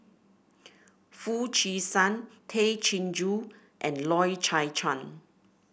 Foo Chee San Tay Chin Joo and Loy Chye Chuan